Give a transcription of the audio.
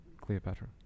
Cleopatra